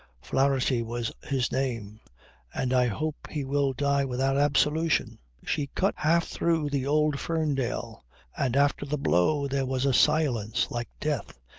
flaherty was his name and i hope he will die without absolution. she cut half through the old ferndale and after the blow there was a silence like death.